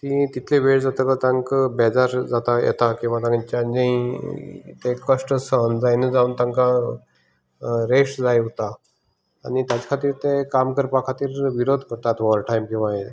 तीं तितली वेळ जातकच तांका बेजार जाता येता किंवा तांच्यानी ते कश्ट सहन जायना जावन तांकां रॅस्ट जाय उरता आनी ताचे खातीर ते काम करपा खातीर विरोध करतात ओवरटायम किंवा हें